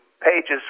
pages